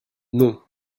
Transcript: non